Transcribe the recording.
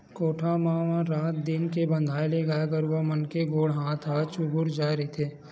कोठा म म रात दिन के बंधाए ले गाय गरुवा मन के गोड़ हात ह चूगूर जाय रहिथे